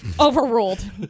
Overruled